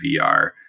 vr